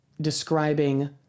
describing